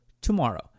tomorrow